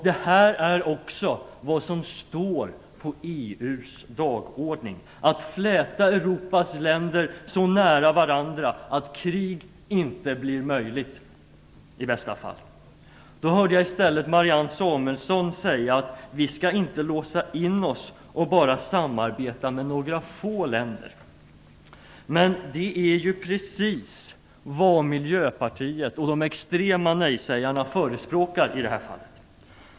Detta är också något som står på EU:s dagordning, nämligen att fläta Europas länder så nära varandra att krig inte blir möjligt, i bästa fall. Marianne Samuelsson säger i stället att vi inte skall låsa in oss för att bara samarbeta med några få länder. Men det är ju precis det som Miljöpartiet de gröna och de extrema nej-sägarna förespåkar i det här fallet.